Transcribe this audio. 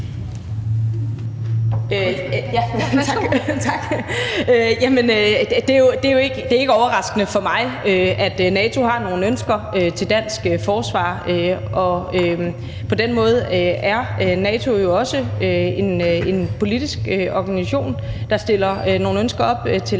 det er jo ikke overraskende for mig, at NATO har nogle ønsker til det danske forsvar, og på den måde er NATO jo også en politisk organisation, der stiller nogle ønsker op til